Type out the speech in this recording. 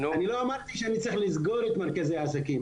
אני לא אמרתי שאני צריך לסגור את מרכזי העסקים.